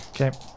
Okay